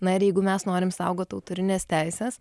na ir jeigu mes norim saugot autorines teises